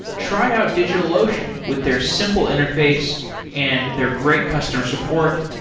try out digitalocean with their simple interface and their great customer support,